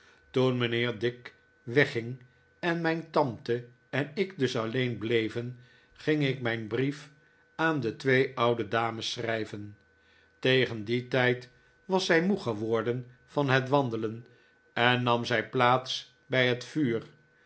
mijnheer dick wegging en mijn tante en ik dus alleen bleven ging ik mijn brief aan de twee oude dames schrijven tegen dien tijd was zij moe geworden van het wandelen en nam zij plaats bij net vuur